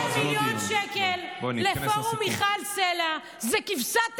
יש כאן מיליון שקל לפורום מיכל סלה, זה כבשת הרש,